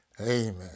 Amen